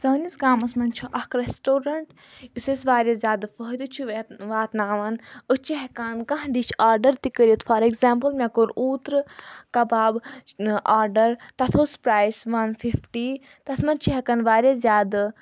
سٲنِس گامَس منٛز چھُ اکھ ریٚسٹورَنٛٹ یُس اَسہِ واریاہ زیادٕ فٲہِدٕ چھُ واتناوان أسۍ چھِ ہیٚکان کانٛہہ ڈِش آرڈَر تہِ کٔرِتھ فار ایٚگزامپٕل مےٚ کوٚر اوٗترٕ کَباب آرڈَر تَتھ اوٚس پرٛایِس وَن فِفٹی تَتھ منٛز چھِ ہؠکان واریاہ زیادٕ